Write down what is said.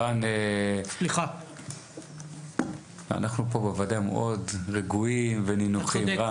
רן, אנחנו פה בוועדה מאוד רגועים ונינוחים.